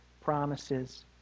promises